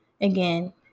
again